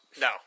No